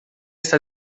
està